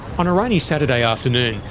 on a rainy saturday afternoon,